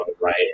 right